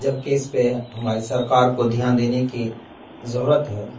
جبکہ اس پہ ہماری سرکار کو دھیان دینے کی ضرورت ہے